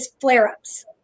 flare-ups